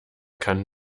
kann